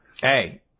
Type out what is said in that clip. Hey